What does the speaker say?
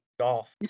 golf